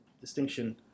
distinction